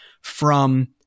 from-